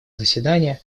заседание